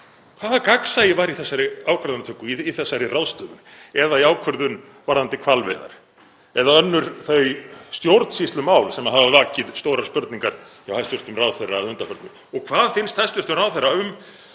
Hvað gagnsæi var í þessari ákvarðanatöku, í þessari ráðstöfun, eða í ákvörðun varðandi hvalveiðar eða önnur þau stjórnsýslumál sem hafa vakið stórar spurningar hjá hæstv. ráðherra að undanförnu? Og hvað finnst hæstv. ráðherra um